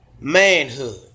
manhood